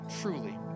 truly